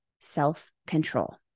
self-control